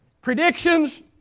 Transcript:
predictions